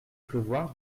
pleuvoir